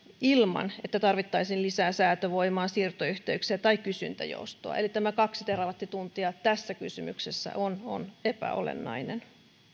ilman että tarvittaisiin lisää säätövoimaa siirtoyhteyksiä tai kysyntäjoustoa eli tämä kaksi terawattituntia tässä kysymyksessä on on epäolennainen